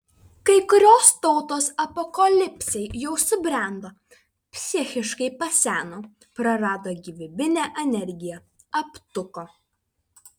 kai kurios tautos apokalipsei jau subrendo psichiškai paseno prarado gyvybinę energiją aptuko